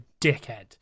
dickhead